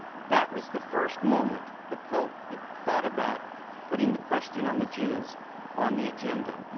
that was the first moment the pope thought about putting the question on the jews on the agenda.